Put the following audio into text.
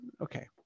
okay